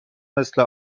مثل